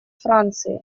франции